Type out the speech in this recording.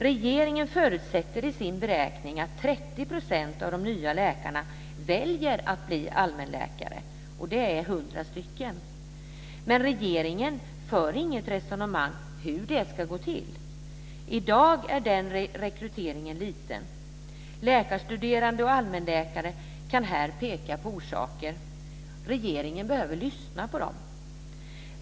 Regeringen förutsätter i sin beräkning att 30 % av de nya läkarna väljer att bli allmänläkare, och det är 100 stycken. Men regeringen för inget resonemang om hur det ska gå till. I dag är den rekryteringen liten. Läkarstuderande och allmänläkare kan här peka på orsaker. Regeringen behöver lyssna på dem.